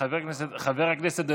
בעזרת השם,